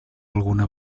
alguna